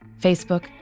Facebook